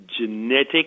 genetic